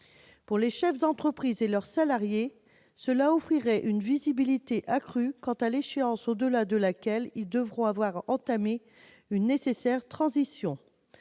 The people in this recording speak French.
Pour les chefs d'entreprise et leurs salariés, cela offrirait une visibilité accrue quant à l'échéance au-delà de laquelle ils devront avoir entamé une nécessaire transition.